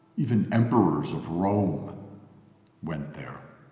even emperors of rome went there